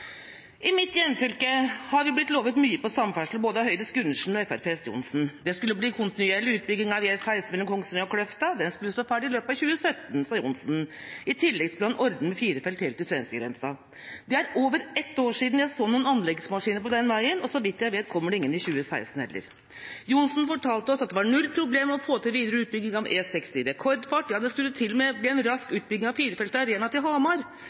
I mitt hjemfylke har vi blitt lovet mye på samferdsel av både Høyres Gundersen og Fremskrittspartiets Johnsen. Det skulle bli kontinuerlig utbygging av E16 mellom Kongsvinger og Kløfta. Den skulle stå ferdig i løpet av 2017, sa Johnsen. I tillegg skulle han ordne med firefelts vei helt til svenskegrensa. Det er over ett år siden jeg så anleggsmaskiner på den veien, og så vidt jeg vet, kommer det ingen i 2016 heller. Johnsen fortalte oss at det var null problem å få til videre utbygging av E6 i rekordfart. Ja, det skulle til og med bli en rask utbygging av firefelts vei fra Rena til Hamar.